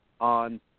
on